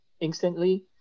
instantly